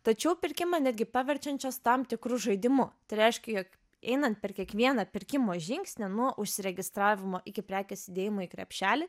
tačiau pirkimą netgi paverčiančios tam tikru žaidimu tai reiškia jog einant per kiekvieną pirkimo žingsnį nuo užsiregistravimo iki prekės įdėjimo į krepšelį